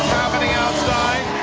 happening outside.